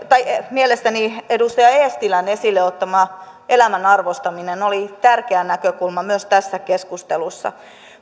mielestäni edustaja eestilän esille ottama elämän arvostaminen oli tärkeä näkökulma myös tässä keskustelussa